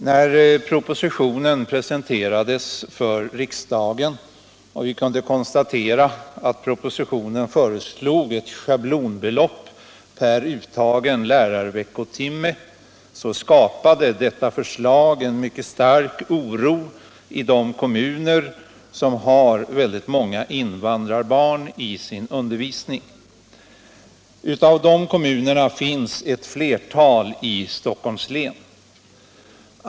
När propositionen presen = visning för invandterades för riksdagen och vi kunde konstatera att det där föreslogs ett — rarbarn schablonbelopp per uttagen lärarveckotimme skapade detta en mycket stark oro i de kommuner som har många invandrarbarn i sin undervisning. Av de kommunerna finns ett flertal i Stockholms län.